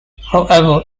however